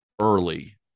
early